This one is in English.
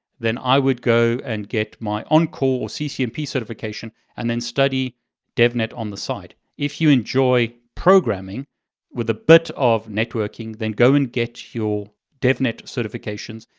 then i would go and get my encor or ccnp certification, and then study devnet on the side. if you enjoy programming with a bit of networking, then go and get your devnet certifications,